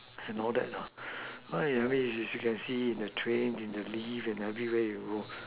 and all that what I mean you can see in the train in the lift in every where you go